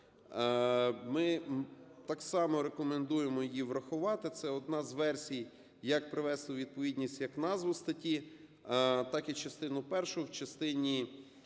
Ми так само рекомендуємо її врахувати. Це одна з версій, як привести у відповідність як назву статті, так і частину першу, в частині